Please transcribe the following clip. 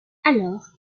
alors